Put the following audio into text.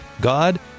God